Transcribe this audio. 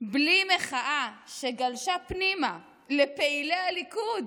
בלי מחאה שגלשה פנימה לפעילי הליכוד,